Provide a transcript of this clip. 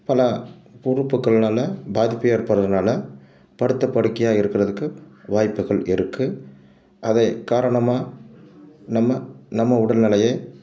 இப்போலாம் உறுப்புகள்னால் பாதிப்பு ஏற்படுகிறதுனால படுத்த படுக்கையாக இருக்கிறதுக்கு வாய்ப்புகள் இருக்குது அது காரணமாக நம்ம நம்ம உடல் நிலையை